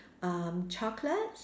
um chocolates